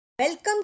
Welcome